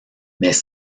mais